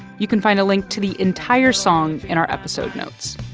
you can find a link to the entire song in our episode notes